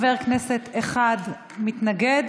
חבר כנסת אחד מתנגד.